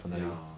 ya